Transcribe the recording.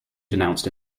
denounced